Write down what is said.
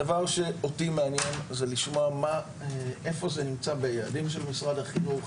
הדבר שאותי מעניין זה לשמוע איפה זה נמצא ביעדים של משרד החינוך,